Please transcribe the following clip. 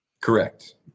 Correct